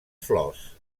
flors